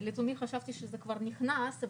מי נגד?